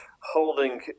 holding